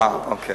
אה, אוקיי.